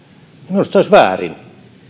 minusta se olisi väärin